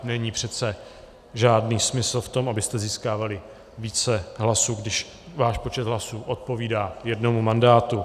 Není přece žádný smysl v tom, abyste získávali více hlasů, když váš počet hlasů odpovídá jednomu mandátu.